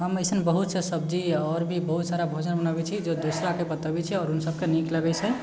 हम अइसन बहुत सा सब्जी आओर भी बहुत सारा भोजन बनबै छी जे दूसरा के बतबै छी आओर ऊनसबके नीक लगै छै